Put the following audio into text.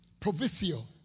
provisio